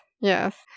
yes